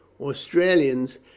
australians